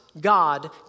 god